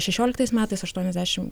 šešioliktais metais aštuoniasdešim